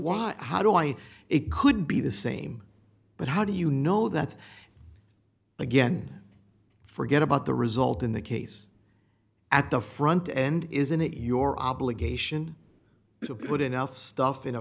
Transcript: why how do i it could be the same but how do you know that again forget about the result in the case at the front end isn't it your obligation to put enough stuff in a